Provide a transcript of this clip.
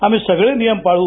आम्ही सगळे नियम पाळु